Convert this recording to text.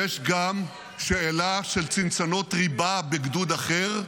יש גם שאלה של צנצנות ריבה בגדוד אחר,